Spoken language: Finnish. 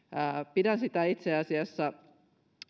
pidän itse asiassa